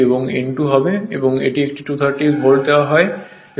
এবং এটি 230 ভোল্ট দেওয়া হয় এবং এখানে ফিল্ড কারেন্ট If হয়